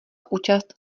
účast